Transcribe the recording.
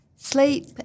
Sleep